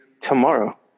tomorrow